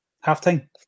Half-time